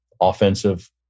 offensive